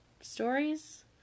stories